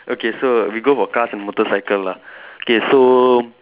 okay so we go for cars and motorcycle lah okay so